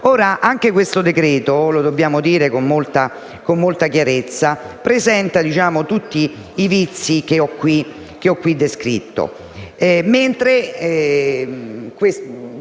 Anche questo decreto - lo dobbiamo dire con molta chiarezza - presenta tutti i vizi che ho descritto,